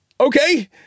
Okay